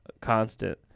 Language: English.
constant